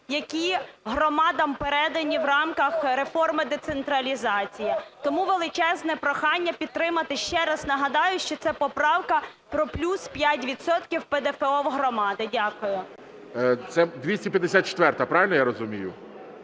які громадам передані в рамках реформи децентралізації. Тому величезне прохання підтримати. Ще раз нагадаю, що ця поправка про плюс 5 відсотків ПДФО в громади. Дякую. ГОЛОВУЮЧИЙ. Це 254? Правильно я розумію.